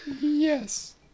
Yes